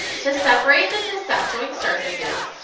to separate the fist that joint surfaces,